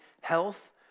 health